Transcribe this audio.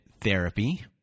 Therapy